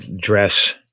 dress